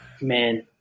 Man